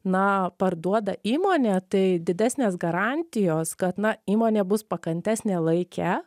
na parduoda įmonė tai didesnės garantijos kad na įmonė bus pakantesnė laike